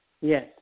Yes